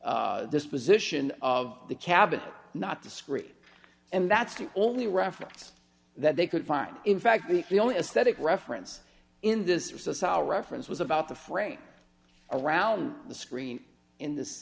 of disposition of the cabin not discreet and that's the only reference that they could find in fact be the only aesthetic reference in this ceasar reference was about the frame around the screen in this